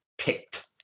picked